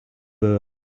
beurre